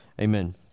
Amen